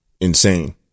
insane